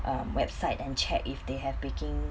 um website and check if they have baking